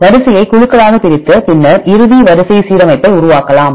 வரிசையை குழுக்களாகப் பிரித்து பின்னர் இறுதி வரிசை சீரமைப்பை உருவாக்கலாம்